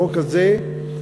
החוק הזה,